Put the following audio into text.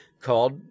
called